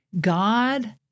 God